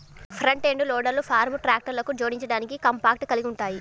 front end లోడర్లు farm ట్రాక్టర్లకు జోడించడానికి కాంపాక్ట్ కలిగి ఉంటాయి